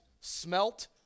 smelt